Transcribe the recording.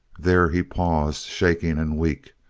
there he paused, shaking and weak,